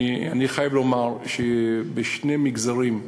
אני חייב לומר שבשני מגזרים,